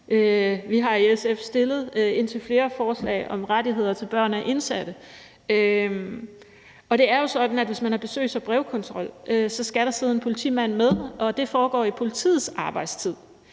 Vi har i SF fremsat indtil flere forslag om rettigheder til børn af indsatte. Det er jo sådan, at hvis man har besøgs- og brevkontrol, skal der sidde en politimand med, og det foregår i politiets arbejdstid.